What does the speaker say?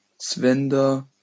Svenda